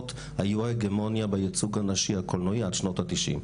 היו ההגמוניה בייצוג הנשי הקולנועי עד שנות התשעים.